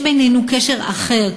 יש בינינו קשר אחר,